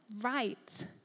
right